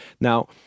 Now